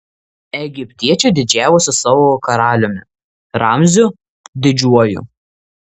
egiptiečiai didžiavosi savo karaliumi ramziu didžiuoju